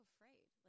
afraid